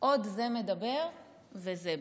"עוד זה מדבר וזה בא".